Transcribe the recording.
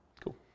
Cool